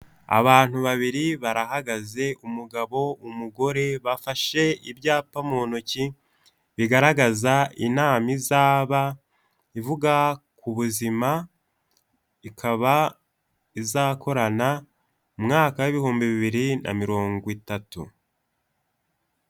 Abantu babiri barahagaze umugabo, umugore bafashe ibyapa mu ntoki bigaragaza inama izaba ivuga ku buzima, ikaba izakorana umwaka w'ibihumbi bibiri na mirongo itatu.